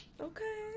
Okay